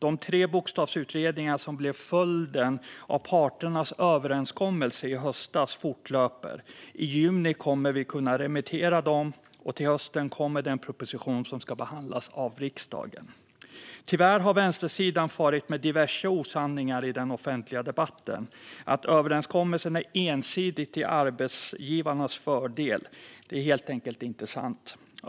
De tre bokstavsutredningar som blev följden av parternas överenskommelse i höstas fortlöper. I juni kommer vi att kunna remittera dem, och till hösten kommer den proposition som ska behandlas av riksdagen. Tyvärr har vänstersidan farit med diverse osanningar i den offentliga debatten om att överenskommelsen är ensidig till arbetsgivarnas fördel. Det är helt enkelt inte sant.